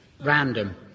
Random